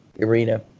arena